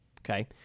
Okay